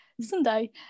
sunday